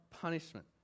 punishment